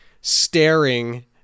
staring